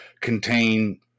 contain